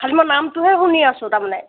খালি মই নামটোহে শুনি আছোঁ তাৰমানে